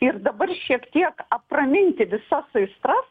ir dabar šiek tiek apraminti visas aistras